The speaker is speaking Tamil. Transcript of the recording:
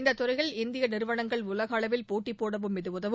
இந்தத் துறையில் இந்திய நிறுவனங்கள் உலக அளவில் போட்டி போடவும் இது உதவும்